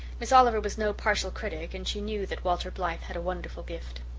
miss oliver was no partial critic and she knew that walter blythe had a wonderful gift.